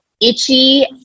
itchy